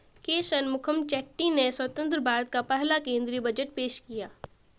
के शनमुखम चेट्टी ने स्वतंत्र भारत का पहला केंद्रीय बजट पेश किया